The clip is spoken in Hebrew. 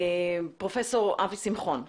פרופסור אבי שמחון,